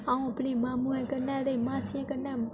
ते अ'ऊं अपने मामुऐ कन्नै ते मासियें कन्नै बड़ा गै